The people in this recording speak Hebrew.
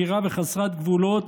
מהירה וחסרת גבולות